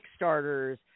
kickstarters